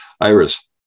Iris